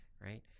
right